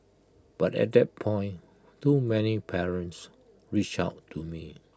but at that point too many parents reached out to me